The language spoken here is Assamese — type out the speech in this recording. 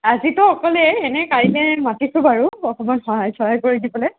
আজিতো অকলেই এনেই কাইলৈ মাতিছোঁ বাৰু অকণমান সহায় চহায় কৰি দিবলৈ